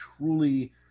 truly